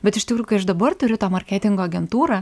bet iš tikrųjų kai aš dabar turiu tą marketingo agentūrą